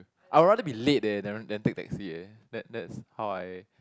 I will rather be late eh than than taking taxi eh that that's how I